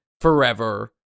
forever